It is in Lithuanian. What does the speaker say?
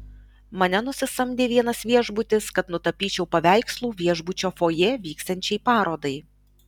mane nusisamdė vienas viešbutis kad nutapyčiau paveikslų viešbučio fojė vyksiančiai parodai